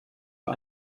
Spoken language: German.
für